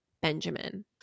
benjamin